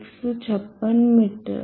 156 metre